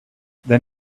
then